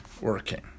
working